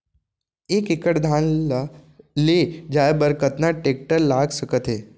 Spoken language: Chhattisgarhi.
एक एकड़ धान ल ले जाये बर कतना टेकटर लाग सकत हे?